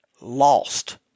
Lost